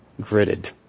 gritted